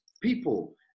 people